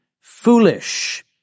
foolish